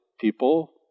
people